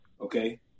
Okay